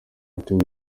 igitego